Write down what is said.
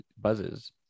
buzzes